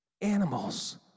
animals